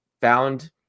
found